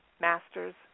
masters